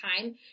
time